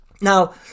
Now